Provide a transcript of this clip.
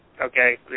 okay